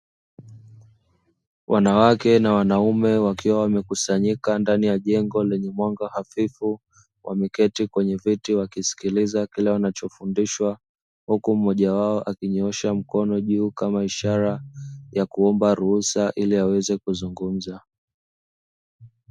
Wanawake na wanaume wakiwa wamekusanyika ndani ya jengo lenye mwanga hafifu, wameketi kwenye viti wakisikiliza kila wanacho fundishwa huku mmoja wao akinyoosha mkono juu kama ishara ya kuomba ruhusa ili aweze kuzungumza.